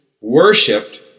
worshipped